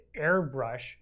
airbrush